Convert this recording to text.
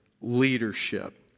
leadership